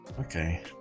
okay